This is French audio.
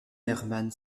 herman